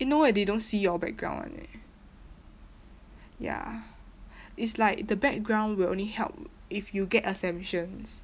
eh no eh they don't see your background [one] eh ya it's like the background will only help if you get exemptions